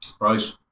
Right